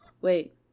wait